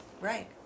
Right